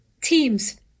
teams